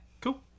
Cool